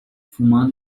fumando